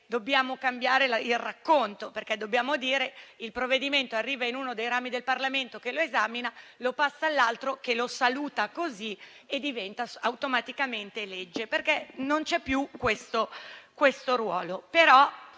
dobbiamo cambiare il racconto, perché dobbiamo dire che un provvedimento arriva in uno dei rami del Parlamento, che lo esamina e lo passa all'altro, che lo saluta, per modo di dire, ed esso diventa automaticamente legge, perché non c'è più quel ruolo.